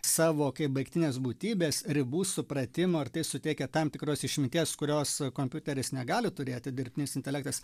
savo kaip baigtinės būtybės ribų supratimo ir tai suteikia tam tikros išminties kurios kompiuteris negali turėti dirbtinis intelektas